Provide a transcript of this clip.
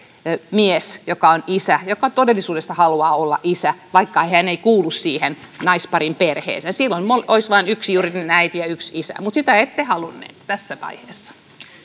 mies joka on isä joka todellisuudessa haluaa olla isä vaikka hän ei kuulu siihen naisparin perheeseen silloin olisi vain yksi juridinen äiti ja yksi isä mutta sitä ette halunneet tässä vaiheessa